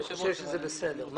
אני חושב שזה בסדר.